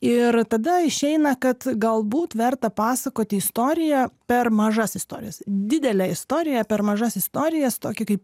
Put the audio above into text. ir tada išeina kad galbūt verta pasakoti istoriją per mažas istorijas didelę istoriją per mažas istorijas tokį kaip